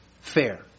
fair